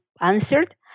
answered